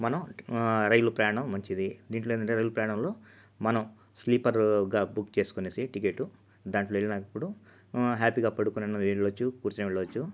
మనం రైలు ప్రయాణం మంచిది దీంట్లో ఏంటంటే రైలు ప్రయాణంలో మనం స్లీపర్గా బుక్ చేసుకొనేసి టిక్కెటు దాంట్లో వెళ్ళినప్పుడు హ్యాపీగా పడుకొనన్నా వెళ్లవచ్చు కూర్చొని అయినా వెళ్లవచ్చు